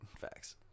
Facts